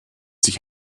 sich